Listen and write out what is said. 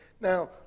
now